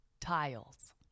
tiles